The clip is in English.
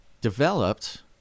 developed